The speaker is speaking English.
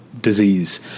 disease